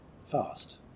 fast